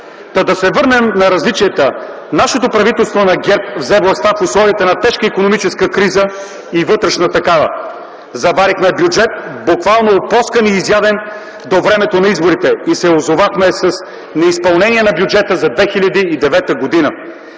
Та да се върнем на различията. Нашето правителство на ГЕРБ взе властта в условията на тежка икономическа криза и вътрешна такава. Заварихме бюджет буквално опоскан и изяден до времето на изборите и се озовахме с неизпълнение на бюджета за 2009 г.